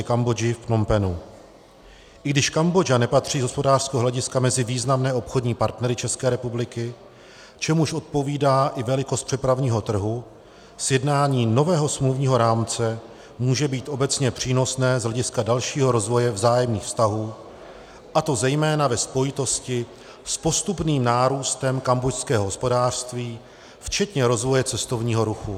I když Kambodža nepatří z hospodářského hlediska mezi významné obchodní partnery České republiky, čemuž odpovídá i velikost přepravního trhu, sjednání nového smluvního rámce může být obecně přínosné z hlediska dalšího rozvoje vzájemných vztahů, a to zejména ve spojitosti s postupným nárůstem kambodžského hospodářství včetně rozvoje cestovního ruchu.